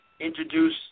introduce